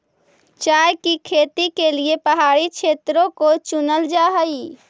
चाय की खेती के लिए पहाड़ी क्षेत्रों को चुनल जा हई